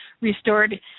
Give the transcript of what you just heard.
restored